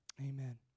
Amen